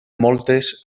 moltes